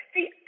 See